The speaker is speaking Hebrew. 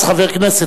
אז חבר כנסת,